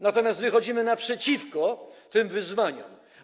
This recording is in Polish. Natomiast wychodzimy naprzeciwko tym wyzwaniom.